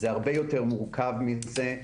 זה הרבה יותר מורכב מזה.